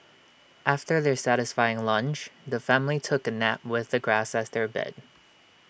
after their satisfying lunch the family took A nap with the grass as their bed